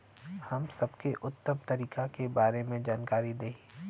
हम सबके उत्तम तरीका के बारे में जानकारी देही?